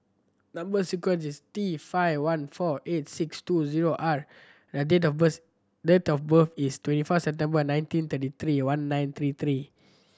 number sequence is T five one four eight six two zero R date of birth date of birth is twenty four September nineteen thirty three one nine three three